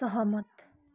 सहमत